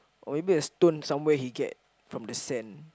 or maybe a stone somewhere he get from the sand